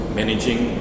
managing